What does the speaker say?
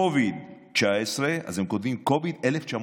COVID19 הם כותבים COVID1948,